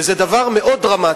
וזה דבר מאוד דרמטי.